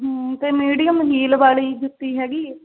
ਅਤੇ medium heel ਵਾਲੀ ਜੁੱਤੀ ਹੈਗੀ